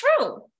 true